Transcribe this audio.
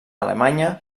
alemanya